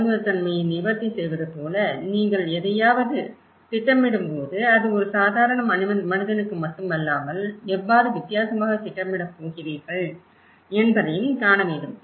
பன்முகத்தன்மையை நிவர்த்தி செய்வது போல நீங்கள் எதையாவது திட்டமிடும்போது அது ஒரு சாதாரண மனிதனுக்கு மட்டுமல்லாமல் எவ்வாறு வித்தியாசமாக திட்டமிடப் போகிறீர்கள் என்பதையும் காண வேண்டும்